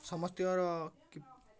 ସମସ୍ତିଙ୍କର କ